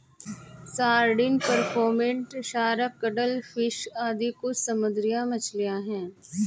sardine, pomfret, shark, cuttlefish आदि कुछ समुद्री मछलियाँ हैं